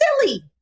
silly